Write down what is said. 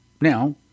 Now